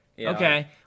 okay